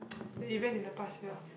the event in the past year